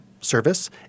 Service